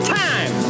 time